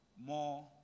more